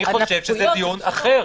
אני חושב שזה דיון אחר.